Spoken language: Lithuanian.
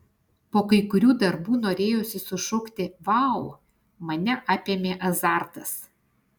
po kai kurių darbų norėjosi sušukti vau mane apėmė azartas